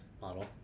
model